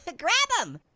grab em.